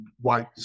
white